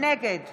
נגד